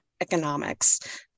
Economics